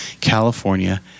California